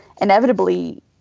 inevitably